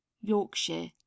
yorkshire